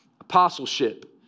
apostleship